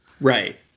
Right